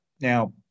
Now